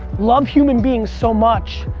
love human beings so much,